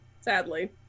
sadly